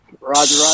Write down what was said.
Roger